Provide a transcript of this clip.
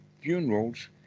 funerals